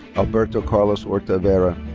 alberto carlos orta vera.